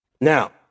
Now